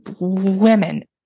Women